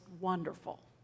wonderful